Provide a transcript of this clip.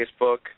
Facebook